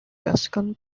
gascon